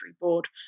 board